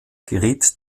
geriet